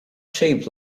shaped